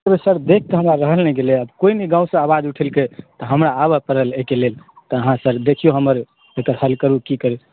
नहि सर देख कऽ हमरा रहले ने गेलै हन कोइ भी आवाज नहि उठेलकै तऽ हमरा आबय पड़ल एहिके लेल अहाँ सर देखियौ हमर फाइल करै छियै